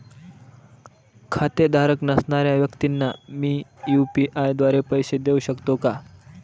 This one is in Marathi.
खातेधारक नसणाऱ्या व्यक्तींना मी यू.पी.आय द्वारे पैसे देऊ शकतो का?